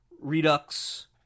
redux